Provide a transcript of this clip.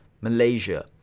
malaysia